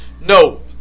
No